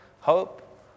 hope